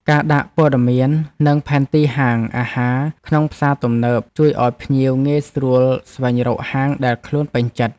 ការដាក់ព័ត៌មាននិងផែនទីហាងអាហារក្នុងផ្សារទំនើប ជួយឱ្យភ្ញៀវងាយស្រួលស្វែងរកហាងដែលខ្លួនពេញចិត្ត។